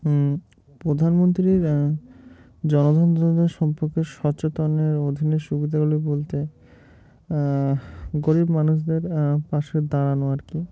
হম প্রধানমন্ত্রীর জনধন যোজনা সম্পর্কে সচেতনের অধীনের সুবিধাগুলি বলতে গরিব মানুষদের পাশে দাঁড়ানো আর কি